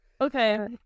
Okay